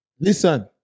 listen